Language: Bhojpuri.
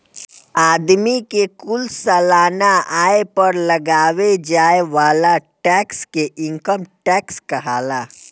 आदमी के कुल सालाना आय पर लगावे जाए वाला टैक्स के इनकम टैक्स कहाला